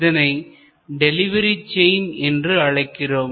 இதனை delivery chain என்று அழைக்கிறோம்